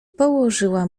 położyła